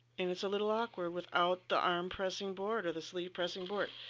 and it's a little awkward without the arm pressing board or the sleeve pressing board